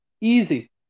Easy